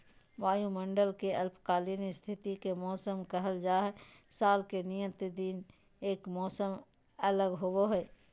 वायुमंडल के अल्पकालिक स्थिति के मौसम कहल जा हई, साल के नियत दिन के मौसम अलग होव हई